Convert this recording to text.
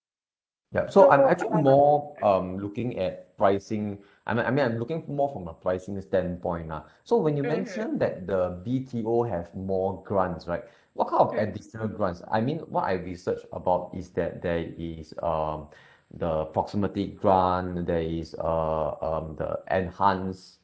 yup so I'm actually more um looking at pricing I mean I mean I'm looking more from a pricing standpoint lah so when you mentioned that the B_T_O have more grants right what kind of additional grants I mean what I researched about is that there is um the proximity grant there is uh um the enhanced